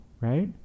right